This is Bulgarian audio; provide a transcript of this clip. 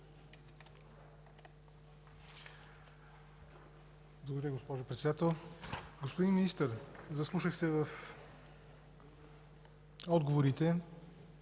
Благодаря, госпожо Председател. Господин Министър, заслушах се в отговорите